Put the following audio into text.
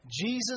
Jesus